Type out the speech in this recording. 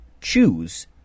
choose